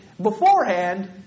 beforehand